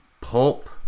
pulp